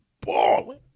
balling